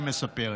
היא מספרת.